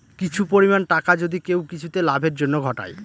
কিছু পরিমাণ টাকা যদি কেউ কিছুতে লাভের জন্য ঘটায়